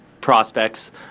prospects